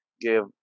give